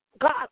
God